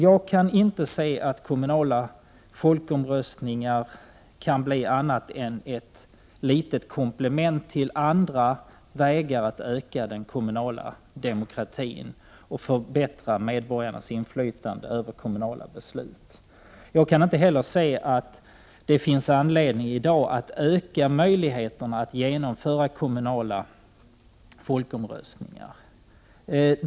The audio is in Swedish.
Jag kan inte se att kommunala folkomröstningar kan bli annat än ett litet komplement till andra vägar för att öka den kommunala demokratin och förbättra medborgarnas inflytande över kommunala beslut. Jag kan inte heller se att det i dag finns anledning att utöka möjligheterna att genomföra kommunala folkomröstningar.